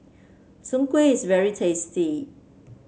Soon Kueh is very tasty